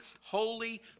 holy